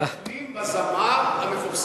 עוסקים בזמר המפורסם.